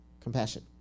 compassion